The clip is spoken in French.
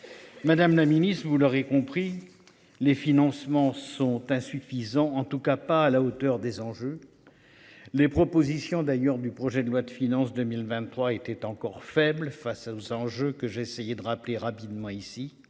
Madame la Ministre vous l'aurez compris. Les financements sont insuffisants en tout cas pas à la hauteur des enjeux. Les propositions d'ailleurs du projet de loi de finances 2023 était encore faible face aux enjeux que j'ai essayé de rappeler rapidement ici.